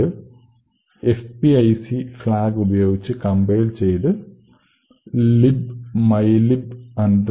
ഇത് fpic flag ഉപയോഗിച്ച് compile ചെയ്ത് libmylib pic